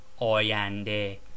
oyande